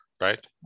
right